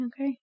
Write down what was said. okay